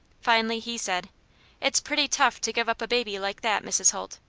finally he said it's pretty tough to give up a baby like that, mrs. holt.